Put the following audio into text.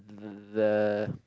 the